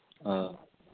ہاں